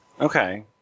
Okay